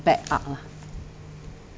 bad art ah